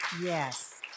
Yes